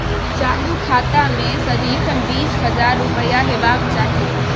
चालु खाता मे सदिखन बीस हजार रुपैया हेबाक चाही